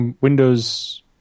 Windows